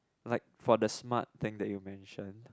like for the smart thing that you mentioned